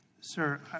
Sir